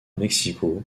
mexico